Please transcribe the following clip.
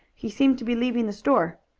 he seemed to be leaving the store.